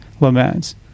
laments